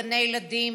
גני ילדים,